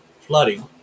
flooding